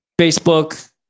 Facebook